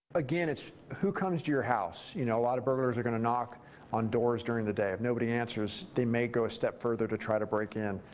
again it's who comes to your house. you know, a lot of burgalers are going to knock on doors during the day. nobody answers, they may go a step further to try to break in.